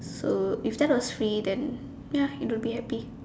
so if that was free then ya it would be happy